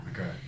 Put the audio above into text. Okay